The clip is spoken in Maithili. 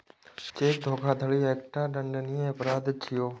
चेक धोखाधड़ी एकटा दंडनीय अपराध छियै